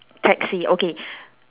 taxi okay